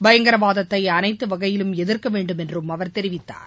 பயங்கரவாதத்தை அனைத்து வகையிலும் எதிர்க்க வேண்டும் என்றும் அவர் தெரிவித்தார்